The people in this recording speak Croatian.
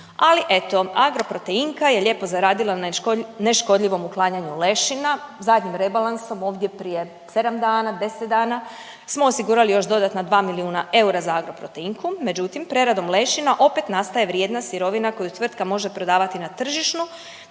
Ali eto, Agroproteinka je lijepo zaradila na neškodljivom uklanjanju lešina zadnjim rebalansom ovdje prije 7 dana, 10 dana smo osigurali još dodatna 2 milijuna eura za Agroproteinku. Međutim, preradom lešina opet nastaje vrijedna sirovina koju tvrtka može prodavati na tržištu,